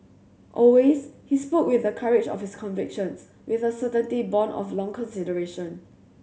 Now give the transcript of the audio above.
always he spoke with the courage of his convictions with a certainty born of long consideration